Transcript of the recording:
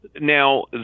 Now